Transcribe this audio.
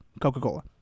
Coca-Cola